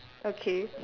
okay